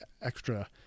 extra